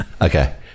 Okay